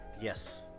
Yes